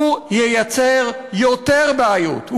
ייצר יותר בעיות,